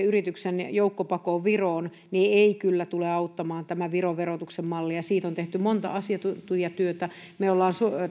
yrityksen joukkopako viroon ei kyllä tule auttamaan tätä viron verotuksen mallia siitä on tehty monta asiantuntijatyötä me olemme